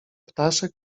ptaszek